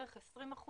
בערך 20%,